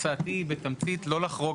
11:16) הצעתי בתמצית היא לא לחרוג